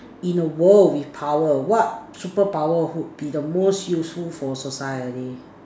in a world with power what superpower would be the most useful for society